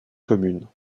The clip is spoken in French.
commune